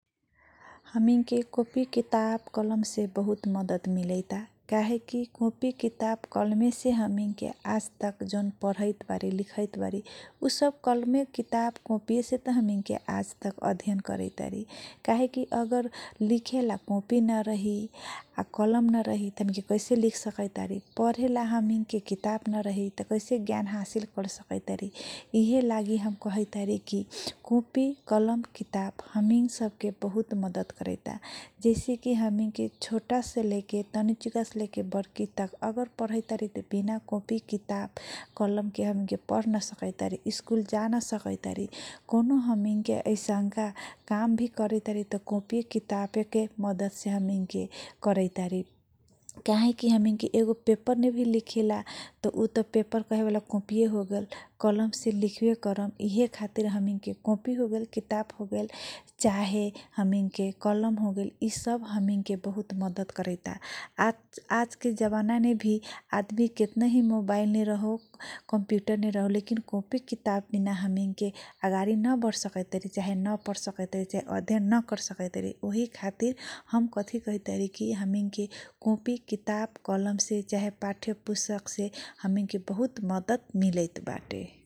हामी के कोपी किताब से बहुत मद्दत मिलेता काहेकी कोपी किताब कलम से आज तक जन प्रहरीत बारी लिखाइत बारी ऊ सब कलम किताब कोफिसे त अमिन के आज तक अध्ययन करैतारी काहेकी अगर लिखेला कोपी नारही या कलम नरही कैसे लिख सकैतबारे परेला हमिङके किताब नरही कैसे ज्ञान हासिल कर सकैतारी इहे लागि हमके कहै तारिकी कोपी कलम किताब हामी के सबके बहुत मद्दत करैता जैसी कि हमिङ के छोटा से लेके बड्की तक पढाइदारी बिना कोपी किताब कलम के बिना पर नासकैत बारी कौनो हामी के ऐसनका कामधे त बारी बिना कपी किताब के मद्दत से काहेकी हामी के परेला भि लिखेला उ त पेपर कहेवाला बा कोपी होगेल कलम से लिखै करम यी खातिर हामी के कलम भी होगेल किताब भी हो गेल चाहे सब हमिन के बहुत मद्दत करैता आज के जवाना ने भी आदमी मोबाइलमे रहो कितना भी मोबाइल मे रहो कम्प्युटरमे रहो लेकिन कापी किताब बिना हामी के अगाडि न पर सकैदारी चाहे अध्ययन नक्कर्सकै तारी वही खातिर हम कथि कहै तारी हामी के कोपी किताब कलम से चाहे पाठ्यपुस्तक से बहुत मद्दत मिलैताबा ।